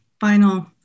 final